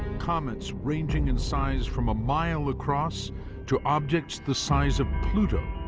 comets, ranging in size from a mile across to objects the size of pluto,